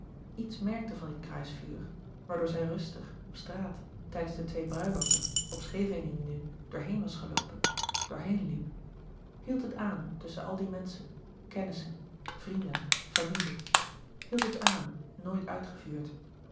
iets merkte van dit kruisvuur waardoor zij rustig op straat tijdens de twee bruiloften op scheveningen nu door heen was geloopen door heen liep hield het aan tusschen al die menschen kennissen vrienden familie hield het aan nooit uitgevuurd